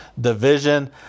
division